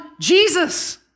Jesus